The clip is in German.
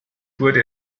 wurde